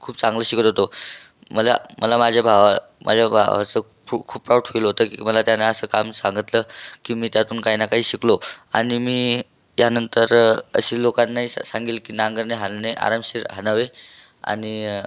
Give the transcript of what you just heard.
खूप चांगलं शिकत होतो मला मला माझ्या भावा माझ्या भावाचं खू खूप प्राउड फिल होतं की मला त्यानं असं काम सांगितलं की मी त्यातून काही ना काही शिकलो आणि मी त्यानंतर असे लोकांनाही सा सांगेल की नांगरणे हालणे आरामशीर हाणावे आणि